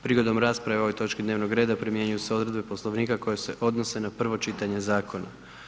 Prigodom rasprave o ovoj točki dnevnog reda primjenjuju se odredbe Poslovnika koje se odnose na prvo čitanje zakona.